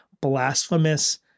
blasphemous